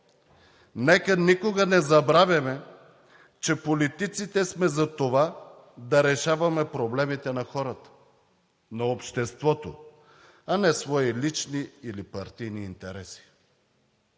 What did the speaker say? Нека никога не забравяме, че политиците сме за това да решаваме проблемите на хората, на обществото, а не свои лични или партийни интереси!